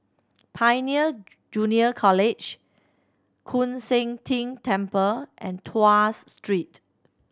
Pioneer Junior College Koon Seng Ting Temple and Tuas Street